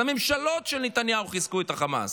הממשלות של נתניהו חיזקו את חמאס.